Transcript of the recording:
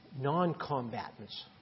non-combatants